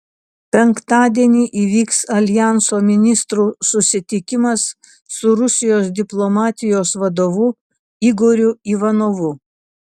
penktadienį įvyks aljanso ministrų susitikimas su rusijos diplomatijos vadovu igoriu ivanovu